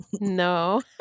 no